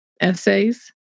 essays